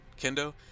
Kendo